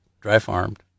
dry-farmed